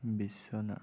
বিছনা